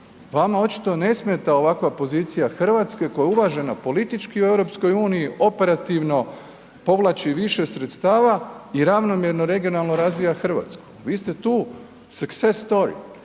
vama očito ne smeta ovakva pozicija Hrvatske koja je uvažena politički u EU-u, operativno povlači više sredstava i ravnomjerno i regionalno razvija Hrvatsku. Vi ste tu success story,